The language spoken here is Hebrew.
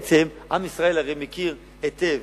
עם ישראל הרי מכיר היטב